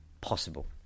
possible